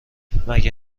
مگه